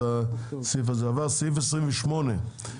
הצבעה בעד סעיף 27 6 נגד,